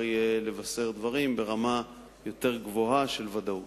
לבשר דברים ברמה יותר גבוהה של ודאות.